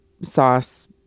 sauce